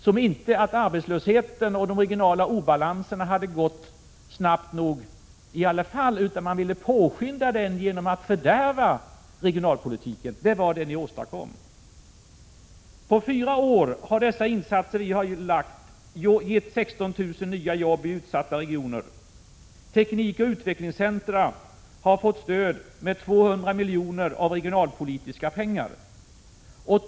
Som om inte arbetslösheten och den regionala obalansen hade ökat snabbt nog! Man ville påskynda denna utveckling genom att fördärva den regionala politiken. Det är vad ni åstadkom. På fyra år har våra satsningar gett 16 000 nya jobb i utsatta regioner. Teknikoch utvecklingscentra har fått stöd med 200 miljoner av regionalpolitiska pengar.